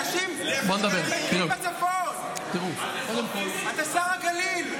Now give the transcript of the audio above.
אנשים בצפון, אתה שר הגליל.